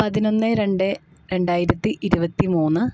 പതിനൊന്ന് രണ്ട് രണ്ടായിരത്തി ഇരുപത്തി മൂന്ന്